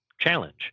challenge